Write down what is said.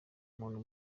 umuntu